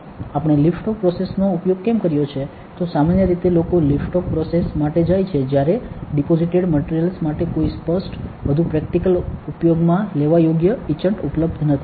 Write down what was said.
આપણે લિફ્ટઑફ પ્રોસેસનો ઉપયોગ કેમ કર્યો છે તો સામાન્ય રીતે લોકો લિફ્ટ ઓફ પ્રોસેસ માટે જાય છે જ્યારે ડિપોસિટેડ માટેરિયલ્સ માટે કોઈ સ્પષ્ટ વધુ પ્રેક્ટિકલ ઉપયોગમાં લેવા યોગ્ય ઇચંટ ઉપલબ્ધ નથી